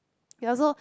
ya so